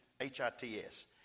H-I-T-S